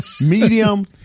medium